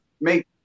make